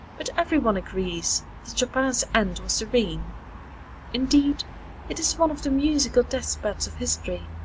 but every one agrees that chopin's end was serene indeed it is one of the musical death-beds of history,